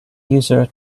user